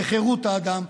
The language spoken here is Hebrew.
בחירות האדם,